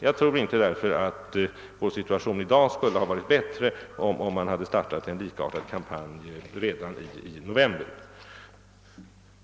Jag tror därför inte att vår situation i dag skulle ha varit bättre, om man hade startat en likartad kampanj redan i november.